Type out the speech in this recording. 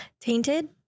Tainted